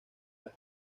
las